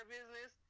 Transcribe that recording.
business